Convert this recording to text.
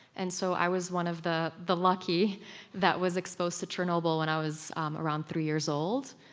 and so i was one of the the lucky that was exposed to chernobyl when i was um around three years old.